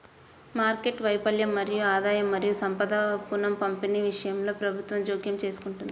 market వైఫల్యం మరియు ఆదాయం మరియు సంపద పునఃపంపిణీ విషయంలో ప్రభుత్వం జోక్యం చేసుకుంటుంది